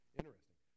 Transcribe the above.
interesting